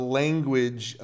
language